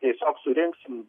tiesiog surinksim